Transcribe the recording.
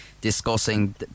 discussing